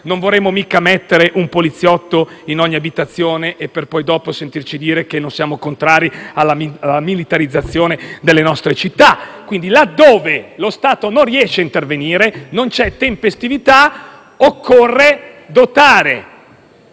Non vorremo mica mettere un poliziotto in ogni abitazione e poi sentirci dire che non siamo contrari alla militarizzazione delle nostre città? Laddove lo Stato non riesce a intervenire e non c'è tempestività, occorre dotare